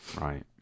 Right